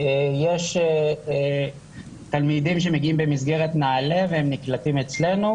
יש תלמידים שמגיעים במסגרת נעל"ה והם נקלטים אצלנו,